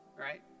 Right